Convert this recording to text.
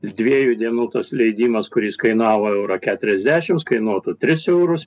dviejų dienų tas leidimas kuris kainavo eurą keturiasdešimt kainuotų tris eurus